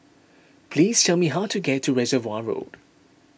please tell me how to get to Reservoir Road